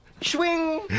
Swing